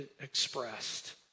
expressed